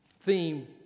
theme